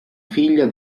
figlia